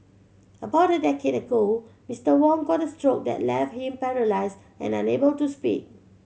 about a decade ago Mister Wong got a stroke that left him paralysed and unable to speak